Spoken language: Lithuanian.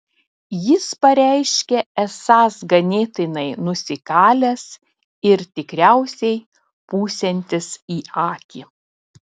jis pareiškė esąs ganėtinai nusikalęs ir tikriausiai pūsiantis į akį